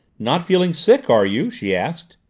not feeling sick, are you? she asked.